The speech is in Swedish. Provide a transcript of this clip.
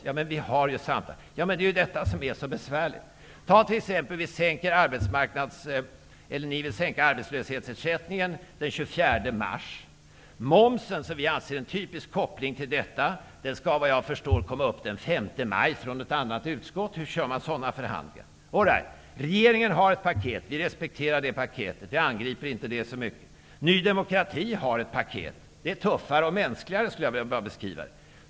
Ja, men det är ju det som är så besvärligt. Ni vill t.ex. sänka arbetslöshetsersättningen och behandla den frågan den 24 mars. Momsen, som vi tycker har en typisk koppling till detta, skall behandlas den 5 maj med förslag från ett annat utskott. Hur kör man sådana förhandlingar? All right. Regeringen har ett paket, och vi respekterar detta paket. Vi angriper det inte så mycket. Men även Ny demokrati har ett paket, som jag skulle vilja beskriva såsom tuffare och mänskligare.